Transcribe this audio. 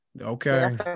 okay